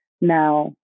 Now